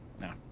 No